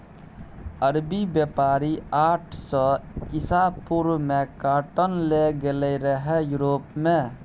अरबी बेपारी आठ सय इसा पूर्व मे काँटन लए गेलै रहय युरोप मे